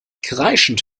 kreischend